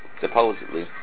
supposedly